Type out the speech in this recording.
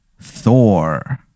Thor